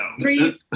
Three